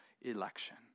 election